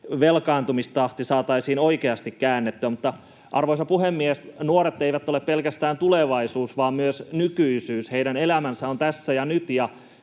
velkaantumistahti saataisiin oikeasti käännettyä. Mutta, arvoisa puhemies, nuoret eivät ole pelkästään tulevaisuus vaan myös nykyisyys. Heidän elämänsä on tässä ja nyt.